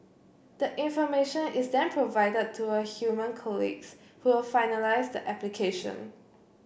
the information is then provided to her human colleagues who will finalise the application